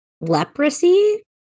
Leprosy